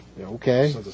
Okay